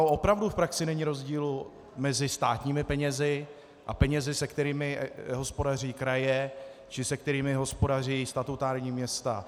Opravdu v praxi není rozdílu mezi státními penězi a penězi, se kterými hospodaří kraje či se kterými hospodaří statutární města.